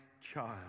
child